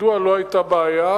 מדוע לא היתה בעיה?